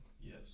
Yes